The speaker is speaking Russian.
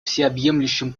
всеобъемлющем